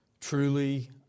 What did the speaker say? Truly